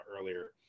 earlier